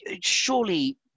surely